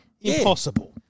impossible